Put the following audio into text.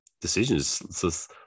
decisions